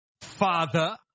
father